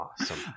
awesome